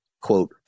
quote